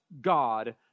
God